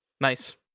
Nice